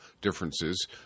differences